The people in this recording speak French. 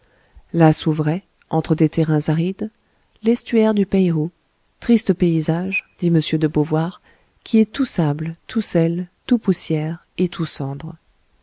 là s'ouvrait entre des terrains arides l'estuaire du peï ho triste paysage dit m de beauvoir qui est tout sable tout sel tout poussière et tout cendre